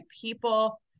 people